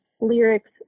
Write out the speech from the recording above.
lyrics